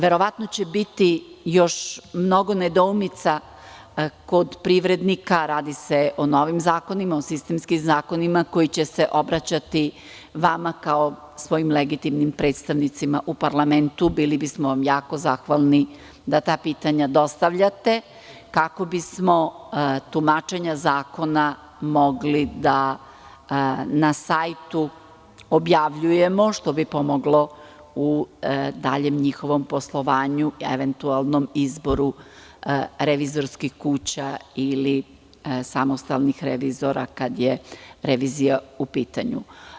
Verovatno će biti još mnogo nedoumica kod privrednika, radi se o novim zakonima, o sistemskim zakonima, koji će se obraćati vama kao svojim legitimnim predstavnicima u parlamentu i bili bismo vam jako zahvalni da ta pitanja dostavljate, kako bismo tumačenja zakona mogli da objavljujemo na sajtu, što bi pomoglo u daljem njihovom poslovanju i eventualnom izboru revizorskih kuća ili samostalnih revizora, kad je revizija u pitanju.